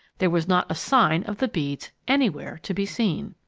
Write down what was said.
there was not a sign of the beads anywhere to be seen!